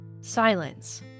Silence